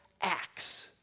Acts